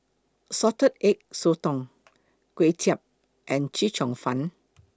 Salted Egg Sotong Kway Chap and Chee Cheong Fun